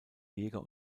jäger